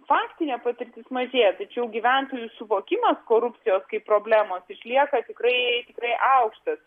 faktinė patirtis mažėja tačiau gyventojų suvokimas korupcijos kaip problemos išlieka tikrai tikrai aukštas